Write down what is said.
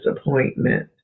appointment